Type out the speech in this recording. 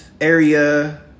Area